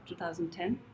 2010